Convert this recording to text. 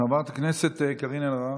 חברת הכנסת קארין אלהרר.